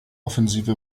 offensive